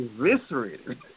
eviscerated